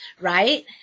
right